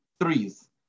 threes